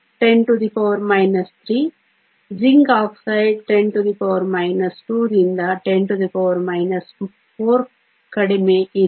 1 103 zinc oxide 10 2 ರಿಂದ 10 4 ಕಡಿಮೆ ಇದೆ